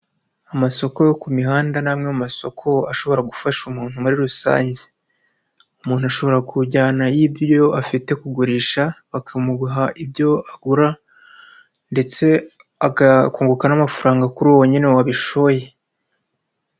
Amasoko yo ku mihanda ni amwe mu masoko ashobora gufasha umuntu muri rusange, umuntu ashobora kujyanayo ibyo afite kugurisha bakamuha ibyo agura ndetse akunguka n'amafaranga kuri uwo nyine wabishoye.